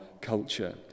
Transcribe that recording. culture